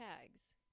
tags